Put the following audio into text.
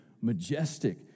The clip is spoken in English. majestic